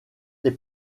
les